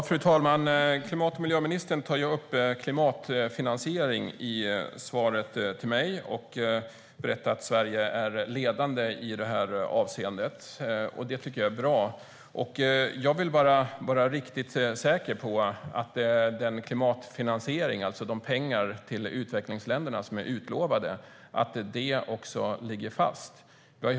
Fru talman! Klimat och miljöministern tar upp klimatfinansiering i svaret till mig och berättar att Sverige är ledande i det avseendet. Det tycker jag är bra. Jag vill bara vara riktigt säker på att den klimatfinansiering, alltså de pengar till utvecklingsländerna som är utlovade, också ligger fast.